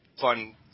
fun